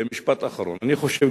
משפט אחרון: אני חושב,